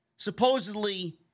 supposedly